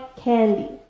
candy